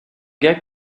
gars